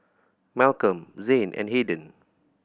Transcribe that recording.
Malcom Zayne and Hayden